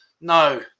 no